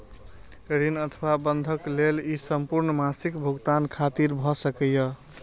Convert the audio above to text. ऋण अथवा बंधक लेल ई संपूर्ण मासिक भुगतान खातिर भए सकैए